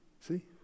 See